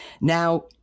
Now